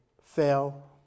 fail